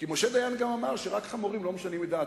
כי משה דיין גם אמר שרק חמורים לא משנים את דעתם.